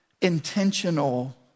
intentional